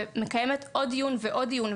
ומקיימת עוד דיון ועוד דיון.